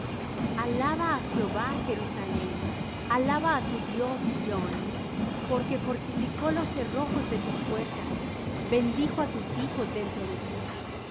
alaba á jehová jerusalem alaba á tu dios sión porque fortificó los cerrojos de tus puertas bendijo á tus hijos dentro de ti el